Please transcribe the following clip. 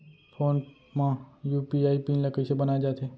Phone म UPI PIN ल कइसे बनाये जाथे?